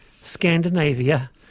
Scandinavia